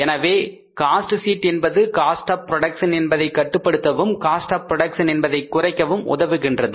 எனவே cost sheet என்பது cost of production என்பதை கட்டுப்படுத்தவும் காஸ்ட் ஆப் புரோடக்சன் என்பதை குறைக்கவும் உதவுகின்றது